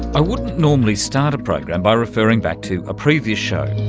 i wouldn't normally start a program by referring back to a previous show,